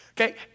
Okay